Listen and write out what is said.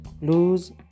Lose